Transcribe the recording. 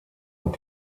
und